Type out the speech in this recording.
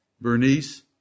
Bernice